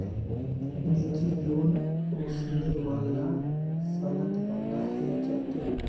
निजी लोन ओसने वाला सालत महंगा हैं जातोक